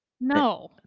No